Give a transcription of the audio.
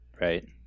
right